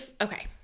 okay